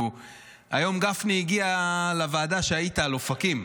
היום גפני הגיע לישיבת הוועדה שהיית בה על אופקים.